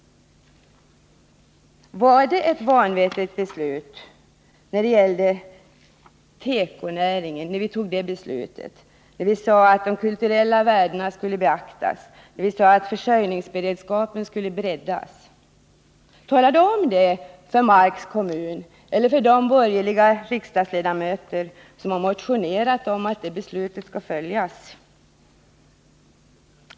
Och var beslutet om tekonäringen vanvettigt när vi sade att de kulturella värdena skulle beaktas och att försörjningsberedskapen skulle breddas? Tala då om det för Marks kommun eller för de borgerliga riksdagsledamöter som har motionerat om att det beslutet skall följas!